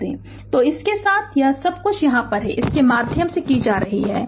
Refer Slide Time 3039 तो इसके साथ यह सब कुछ यहाँ है इसके माध्यम से जा सकते हैं